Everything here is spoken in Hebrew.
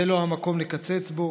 זה לא המקום לקצץ בו.